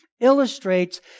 illustrates